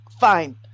fine